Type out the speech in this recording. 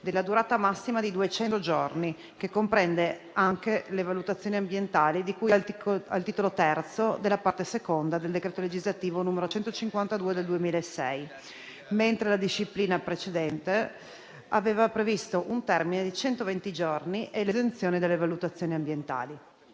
della durata massima di 200 giorni, che comprende anche le valutazioni ambientali di cui al titolo III della parte seconda del decreto legislativo n. 152 del 2006, mentre la disciplina precedente aveva previsto un termine di centoventi giorni e l'esenzione delle valutazioni ambientali.